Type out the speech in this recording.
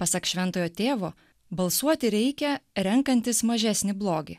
pasak šventojo tėvo balsuoti reikia renkantis mažesnį blogį